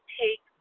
take